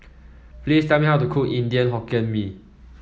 please tell me how to cook Indian Mee Goreng